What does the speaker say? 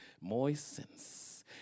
moistens